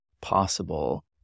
possible